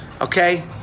Okay